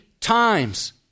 times